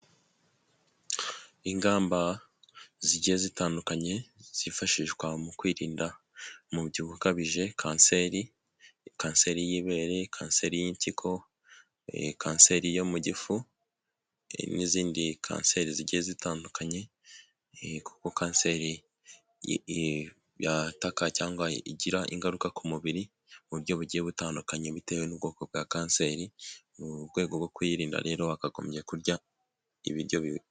Ingamba zigiye zitandukanye zifashishwa mu kwirinda umubyibuho ukabije kanseri, kanseri y'ibere , kanseri y'impyiko , kanseri yo mu gifu n'izindi kanseri zigiye zitandukanye kuko kanseri yataka cyangwa igira ingaruka ku mubiri mu buryo bugiye butandukanye bitewe n'ubwoko bwa kanseri. Mu rwego rwo kuyirinda rero wa bakagombye kurya ibiryo bimwe.